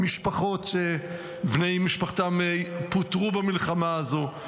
המשפחות שבהן בני משפחה פוטרו במלחמה הזו.